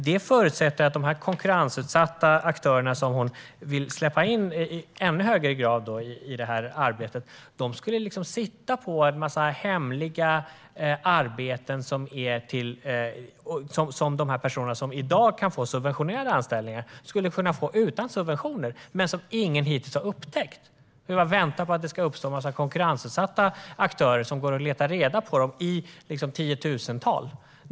Det förutsätter att de konkurrensutsatta aktörer som hon i ännu högre grad vill släppa in skulle sitta på en massa hemliga arbeten som de personer som i dag får subventionerade anställningar skulle kunna få utan subventioner. De arbetena har ju ingen hittills upptäckt! Vi har fått vänta på att det ska uppstå en massa konkurrensutsatta aktörer som ska leta reda på dem i tiotusental.